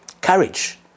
Courage